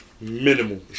minimal